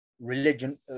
religion